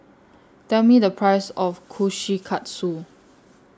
Tell Me The Price of Kushikatsu